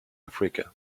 africa